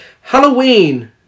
Halloween